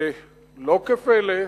לא כפלא,